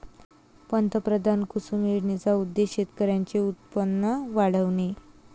पंतप्रधान कुसुम योजनेचा उद्देश शेतकऱ्यांचे उत्पन्न वाढविणे